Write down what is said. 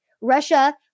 Russia